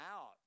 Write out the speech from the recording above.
out